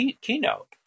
keynote